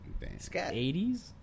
80s